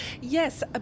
Yes